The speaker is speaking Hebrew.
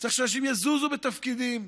צריך שאנשים יזוזו בתפקידים.